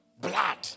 Blood